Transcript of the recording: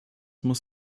muss